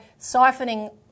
siphoning